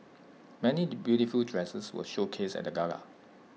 many beautiful dresses were showcased at the gala